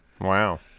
wow